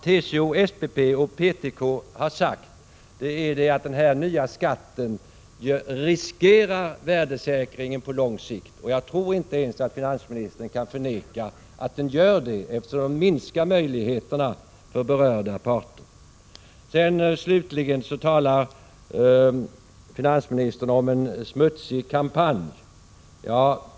Men TCO, SPP och PTK har sagt att med denna nya skatt riskeras värdesäkringen på lång sikt. Jag tror inte att ens finansministern kan förneka att så blir fallet, eftersom möjligheterna för berörda parter minskas. Slutligen talar finansministern om en smutsig kampanj.